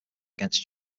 against